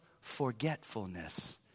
forgetfulness